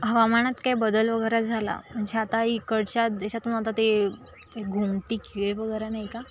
हवामानात काही बदल वगैरे झाला म्हणजे आता इकडच्या देशातून आता ते घुमती किए वगैरे नाहीका